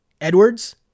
Edwards